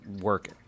work